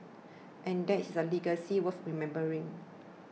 and that is a legacy worth remembering